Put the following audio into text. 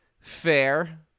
Fair